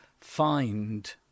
find